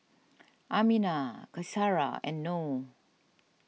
Aminah Qaisara and Noh